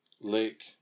Lake